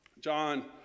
John